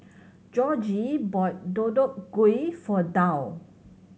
Georgie bought Deodeok Gui for Dow